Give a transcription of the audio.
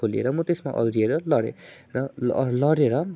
खोलिएर म त्यसमा अल्झिएर लडेँ र लडेर